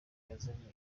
yazanye